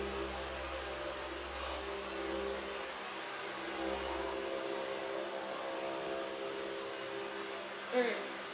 mm